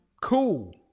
Cool